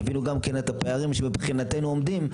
יבינו גם את הפערים שמבחינתנו עומדים,